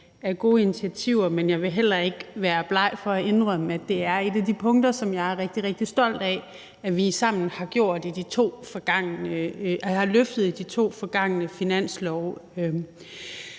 af gode initiativer, men jeg vil heller ikke være bleg for at indrømme, at det er et af de punkter, som jeg er rigtig, rigtig stolt af at vi sammen har løftet i de to forgangne finanslove.